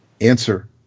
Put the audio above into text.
answer